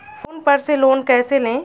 Phone पर से loan कैसे लें?